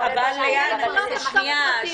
אם היא לא תחשוף פרטים,